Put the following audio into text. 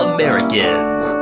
Americans